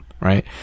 right